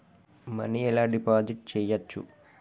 Money ఎలా deposit చేయచ్చు?